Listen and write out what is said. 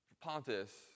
Pontus